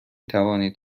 توانید